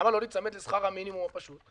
למה לא להיצמד לשכר המינימום פשוט?